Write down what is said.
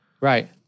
Right